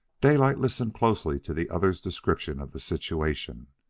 daylight listened closely to the other's description of the situation.